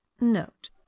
note